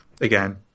again